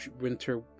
winter